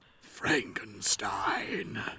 Frankenstein